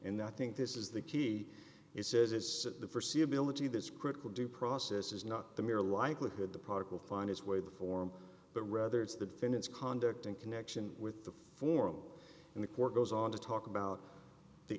and i think this is the key it says it's for see ability this critical due process is not the mere likelihood the product will find its way to form but rather it's the defendant's conduct in connection with the forum and the court goes on to talk about the